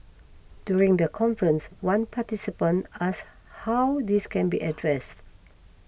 during the conference one participant asked how this can be addressed